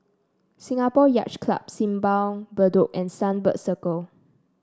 Singapore Yacht Club Simpang Bedok and Sunbird Circle